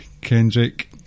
Kendrick